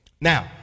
Now